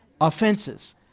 offenses